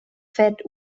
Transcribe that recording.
fährt